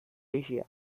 asia